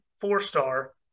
four-star